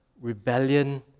rebellion